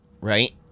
right